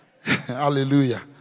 hallelujah